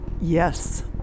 Yes